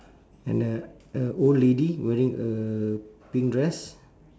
and the a old lady wearing a pink dress